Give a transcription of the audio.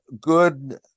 good